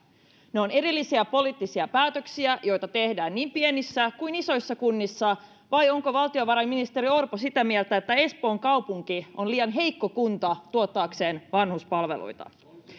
ne ovat erillisiä poliittisia päätöksiä joita tehdään niin pienissä kuin isoissa kunnissa vai onko valtiovarainministeri orpo sitä mieltä että espoon kaupunki on liian heikko kunta tuottaakseen vanhuspalveluita